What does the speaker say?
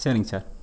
சரிங்க சார்